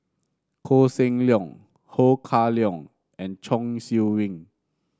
Koh Seng Leong Ho Kah Leong and Chong Siew Ying